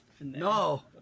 No